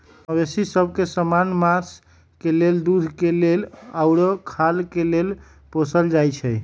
मवेशि सभ के समान्य मास के लेल, दूध के लेल आऽ खाल के लेल पोसल जाइ छइ